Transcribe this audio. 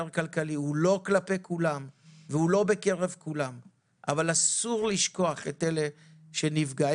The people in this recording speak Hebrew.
כלכלי שלא בקרב כולם אבל אסור לשכוח את הנפגעים.